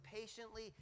patiently